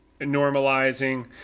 normalizing